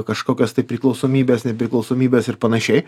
kažkokias tai priklausomybes nepriklausomybes ir panašiai